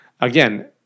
again